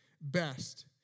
best